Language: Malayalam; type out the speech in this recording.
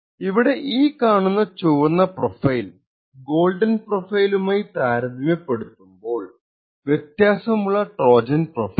ഇവിടെ ഈ കാണുന്ന ചുവന്ന പ്രൊഫൈൽ ഗോൾഡൻ പ്രൊഫൈലുമായി താരതമ്യപ്പെടുത്തുമ്പോൾ വ്യത്യാസമുള്ള ട്രോജൻ പ്രൊഫൈൽ